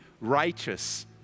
righteous